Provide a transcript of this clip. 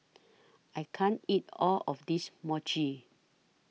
I can't eat All of This Mochi